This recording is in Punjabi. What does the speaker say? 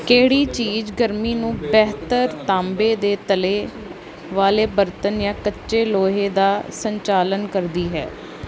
ਕਿਹੜੀ ਚੀਜ਼ ਗਰਮੀ ਨੂੰ ਬਿਹਤਰ ਤਾਂਬੇ ਦੇ ਤਲੇ ਵਾਲੇ ਬਰਤਨ ਜਾਂ ਕੱਚੇ ਲੋਹੇ ਦਾ ਸੰਚਾਲਨ ਕਰਦੀ ਹੈ